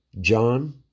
John